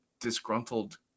disgruntled